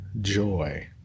joy